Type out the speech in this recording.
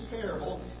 parable